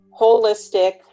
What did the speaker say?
holistic